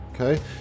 Okay